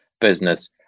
business